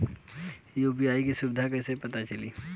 UPI क सुविधा कैसे पता चली?